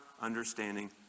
understanding